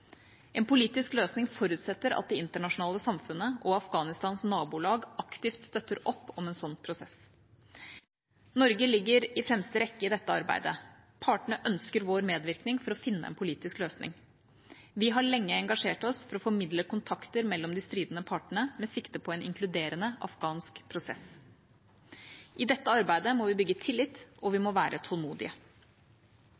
En politisk løsning forutsetter at det internasjonale samfunnet og Afghanistans naboland aktivt støtter opp om en slik prosess. Norge ligger i fremste rekke i dette arbeidet. Partene ønsker vår medvirkning for å finne en politisk løsning. Vi har lenge engasjert oss for å formidle kontakter mellom de stridende partene med sikte på en inkluderende, afghansk prosess. I dette arbeidet må vi bygge tillit, og vi